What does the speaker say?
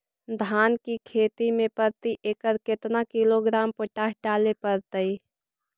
धान की खेती में प्रति एकड़ केतना किलोग्राम पोटास डाले पड़तई?